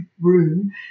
room